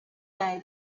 day